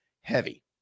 heavy